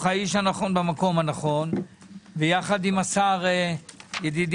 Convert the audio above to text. האיש הנכון במקום הנכון ויחד עם השר ידידי